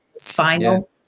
Final